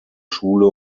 schule